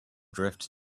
drift